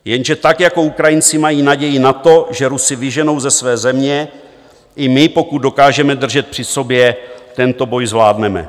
Jenže tak jako Ukrajinci mají naději na to, že Rusy vyženou ze své země, i my, pokud dokážeme držet při sobě, tento boj zvládneme.